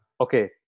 Okay